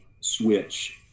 switch